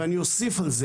ואני אוסיף על זה,